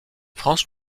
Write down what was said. france